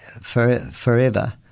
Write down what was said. forever